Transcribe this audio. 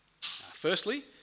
Firstly